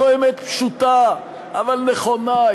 זו אמת פשוטה אבל נכונה.